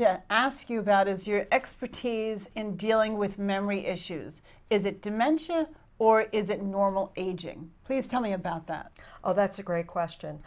to ask you about is your expertise in dealing with memory issues is it dimension or is it normal aging please tell me about that oh that's a great question